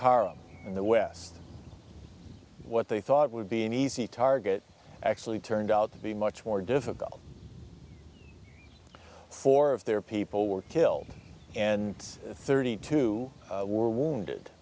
up in the west what they thought would be an easy target actually turned out to be much more difficult for of their people were killed and thirty two were wounded